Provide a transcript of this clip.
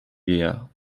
vieillard